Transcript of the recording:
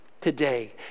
today